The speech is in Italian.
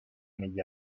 negli